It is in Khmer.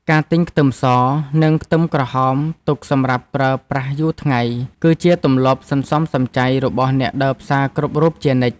ការទិញខ្ទឹមស និងខ្ទឹមក្រហមទុកសម្រាប់ប្រើប្រាស់យូរថ្ងៃ គឺជាទម្លាប់សន្សំសំចៃរបស់អ្នកដើរផ្សារគ្រប់រូបជានិច្ច។